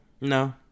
No